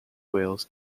wales